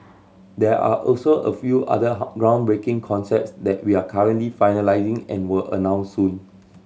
there are also a few other groundbreaking concepts that we're currently finalising and will announce soon